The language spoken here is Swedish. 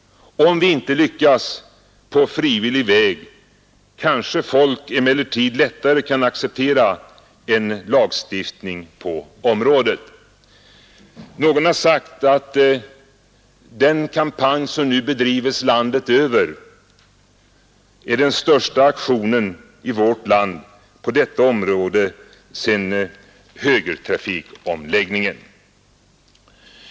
Om vi inte lyckas på frivillig väg kanske folk emellertid lättare kan acceptera en lagstiftning på området efter en sådan här kampanj. Någon har sagt att den kampanj som nu bedrivs landet över är den största aktionen i vårt land på detta område sedan högertrafikomläggningen.